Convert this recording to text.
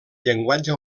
llenguatge